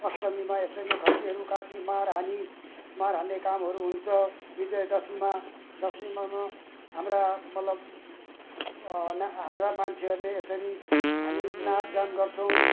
अष्टमीमा यसरी नै खसीहरू काटी मार हानी मार हान्ने कामहरू हुन्छ विजय दशमीमा दशमीमा पनि हाम्रा मतलब ना हाम्रा मान्छेहरूले यसरी हामी नाचगान गर्छौँ